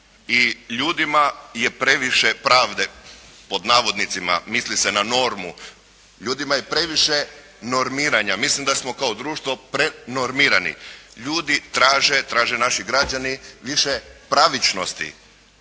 i ljudima je previše pravde, pod navodnicima, misli se na normu. Ljudima je previše normiranja. Mislim da smo kao društvo prenormirani. Ljudi traže, traže naši građani više pravičnosti,